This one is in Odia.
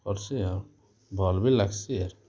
କର୍ସି ଆଉ ଭଲ୍ ବି ଲାଗ୍ସି ଆର୍